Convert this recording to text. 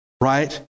right